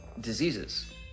diseases